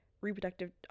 reproductive